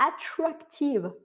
attractive